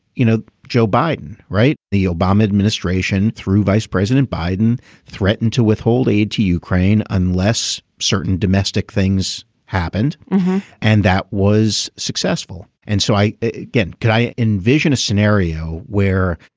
you know joe biden right. the obama administration through vice president biden threatened to withhold aid to ukraine unless certain domestic things happened and that was successful. and so i again can envision a scenario where